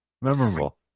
memorable